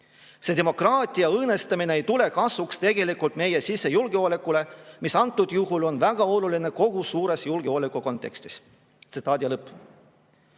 demokraatia õõnestamine ei tule kasuks tegelikult meie sisejulgeolekule, mis antud juhul on väga oluline kogu suures julgeolekukontekstis." (Tsitaadi lõpp.)